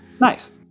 Nice